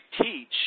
teach